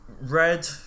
red